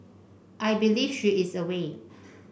I believe she is away